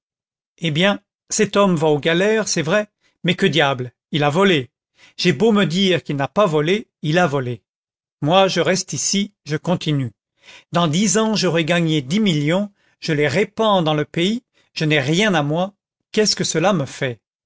eh bien cet homme va aux galères c'est vrai mais que diable il a volé j'ai beau me dire qu'il n'a pas volé il a volé moi je reste ici je continue dans dix ans j'aurai gagné dix millions je les répands dans le pays je n'ai rien à moi qu'est-ce que cela me fait